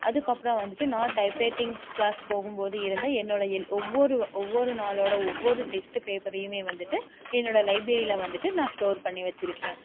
அதுக்கு அப்புறோம் வந்துகிட்டு நான் டைப் ரைட்டிங் கிளாஸ் போகும் போது இருந்த என்னுடைய ஒவ்வொரு ஒவ்வொரு நாளுளோடய ஒவ்வொரு டெஸ்ட் பேப்பரையும் வந்துகிட்டு என்னோடய லைப்ரரியில் வந்துகிட்டு நான் ஸ்டோர் பண்ணி வச்சுருக்கேன்